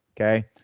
okay